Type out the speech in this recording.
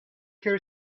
her